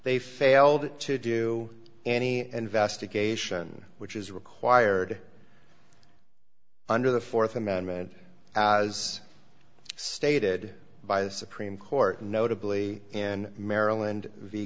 they failed to do any investigation which is required under the th amendment as stated by the supreme court notably in maryland v